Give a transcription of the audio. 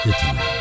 Italy